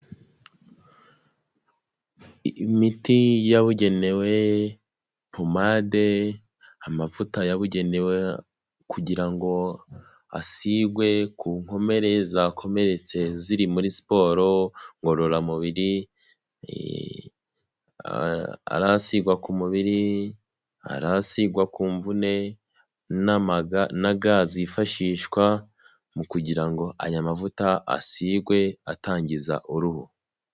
Imiti yabugenewe pomade, amavuta yabugenewe kugira ngo asigwe ku nkomere zakomeretse ziri muri sport ngororamubiri eehhh harasigwa ku mubiri, harasigwa ku mvune n'amaga naga zifashishwa mu kugira ngo aya mavuta asigwe atangiza uruhu.